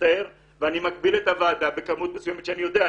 מצטער ואני מגביל את הוועדה בכמות מסוימת שאני יודע.